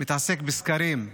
מתעסק בסקרים,